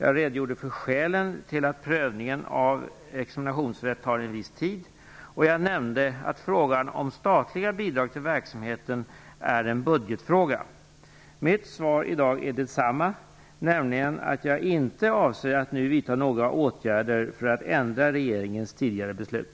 Jag redogjorde för skälen till att prövningen av examinationsrätt tar en viss tid. Jag nämnde att frågan om statliga bidrag till verksamheten är en budgetfråga. Mitt svar i dag är det samma, nämligen att jag inte avser att nu vidta några åtgärder för att ändra regeringens tidigare beslut.